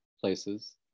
places